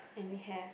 and we have